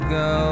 go